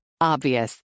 Obvious